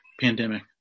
pandemic